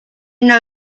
know